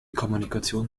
kommunikation